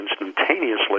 instantaneously